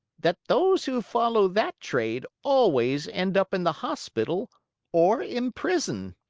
that those who follow that trade always end up in the hospital or in prison.